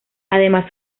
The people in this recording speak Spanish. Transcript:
además